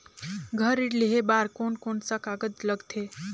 घर ऋण लेहे बार कोन कोन सा कागज लगथे?